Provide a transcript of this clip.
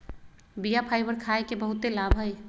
बीया फाइबर खाय के बहुते लाभ हइ